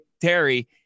Terry